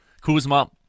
Kuzma